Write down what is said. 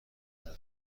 رزرو